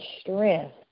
strength